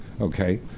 Okay